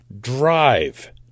drive